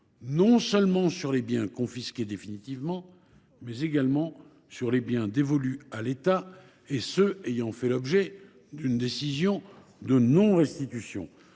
non seulement sur les biens confisqués définitivement, mais également sur les biens dévolus à l’État et ceux ayant fait l’objet d’une décision de non restitution.